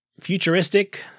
Futuristic